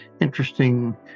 interesting